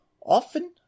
Often